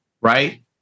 right